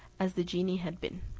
as the genie had been.